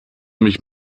mich